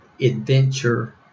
adventure